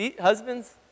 Husbands